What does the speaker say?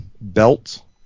belt